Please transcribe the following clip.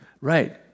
Right